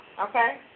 okay